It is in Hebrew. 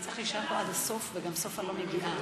אנחנו נמליץ עלייך לשרה ותוכלי, מי מציע?